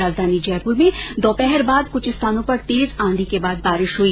राजघानी जयपुर में दोपहर बाद कृष्ठ स्थानों पर तेज आंधी के बाद बारिश हुई